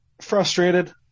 frustrated